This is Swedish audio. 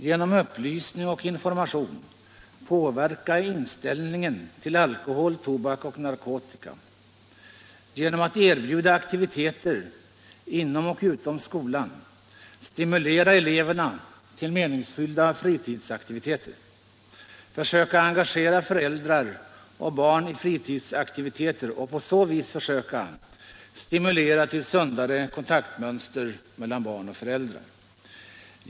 Genom upplysning och information påverka inställningen till alkohol, tobak och narkotika. —- Genom att erbjuda aktiviteter inom och utom skolan stimulera eleverna till meningsfyllda fritidsaktiviteter. - Försöka engagera föräldrar och barn i fritidsaktiviteter och på så vis försöka stimulera till sundare kontaktmönster mellan barn och föräldrar.